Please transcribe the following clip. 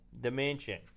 Dimension